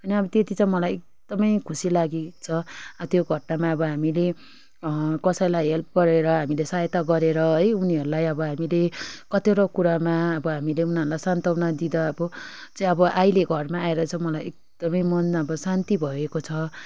होइन अब त्यति त मलाई एकदम खुसी लागेको छ त्यो घटनामा अब हामीले कसैलाई हेल्प गरेर हामीले सहायता गरेर है उनीहरूलाई अब हामीले कतिवटा कुरामा अब हामीले उनीहरूलाई सान्त्वना दिँदा अब चाहिँ अब अहिले घरमा आएर चाहिँ मलाई एकदम मन अब शान्ति भएको छ